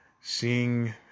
seeing